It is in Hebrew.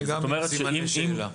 גם אני עם סימני שאלה.